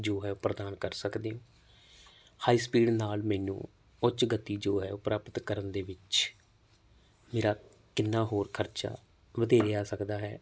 ਜੋ ਹੈ ਪ੍ਰਦਾਨ ਕਰ ਸਕਦੇ ਹਾਈ ਸਪੀਡ ਨਾਲ ਮੈਨੂੰ ਉੱਚ ਗਤੀ ਜੋ ਹੈ ਉਹ ਪ੍ਰਾਪਤ ਕਰਨ ਦੇ ਵਿੱਚ ਮੇਰਾ ਕਿੰਨਾ ਹੋਰ ਖਰਚਾ ਵਧੇਰੇ ਆ ਸਕਦਾ ਹੈ